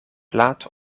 laten